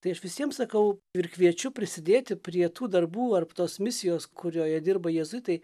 tai aš visiems sakau ir kviečiu prisidėti prie tų darbų ar tos misijos kurioje dirba jėzuitai